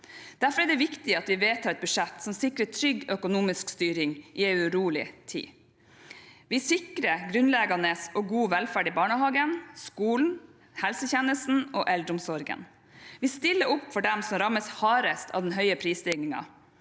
Derfor er det viktig at vi vedtar et budsjett som sikrer trygg økonomisk styring i en urolig tid. Vi sikrer grunnleggende og god velferd i barnehagen, skolen, helsetjenesten og eldreomsorgen. Vi stiller opp for dem som rammes hardest av den høye prisstigningen.